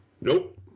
Nope